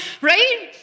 Right